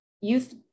youth